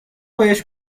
بهش